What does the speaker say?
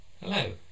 Hello